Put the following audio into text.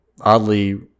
oddly